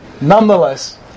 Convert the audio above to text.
nonetheless